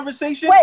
wait